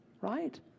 right